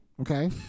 Okay